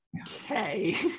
okay